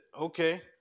Okay